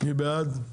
מי בעד?